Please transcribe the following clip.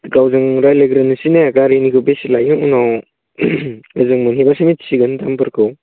गावजों रायलायग्रोनोसै ने गारिनिखौ बेसे लायो उनाव ओजों मोनहैबासो मोनथिसिगोन दामफोरखौ